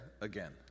again